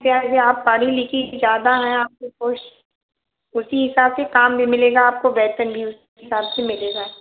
क्या है आप पढ़ी लिखी ज़्यादा है आपकी पोस्ट उसी हिसाब से काम भी मिलेगा आपको वेतन भी उसी हिसाब से मिलेगा